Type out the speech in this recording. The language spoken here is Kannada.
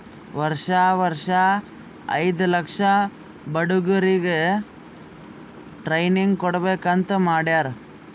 ವರ್ಷಾ ವರ್ಷಾ ಐಯ್ದ ಲಕ್ಷ ಬಡುರಿಗ್ ಟ್ರೈನಿಂಗ್ ಕೊಡ್ಬೇಕ್ ಅಂತ್ ಮಾಡ್ಯಾರ್